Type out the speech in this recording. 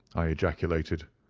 i ejaculated.